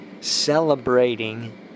celebrating